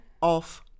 off